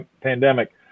pandemic